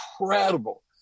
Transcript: incredible